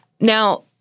Now